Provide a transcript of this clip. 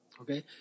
Okay